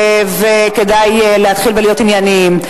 וכדאי להתחיל ולהיות ענייניים.